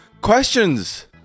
questions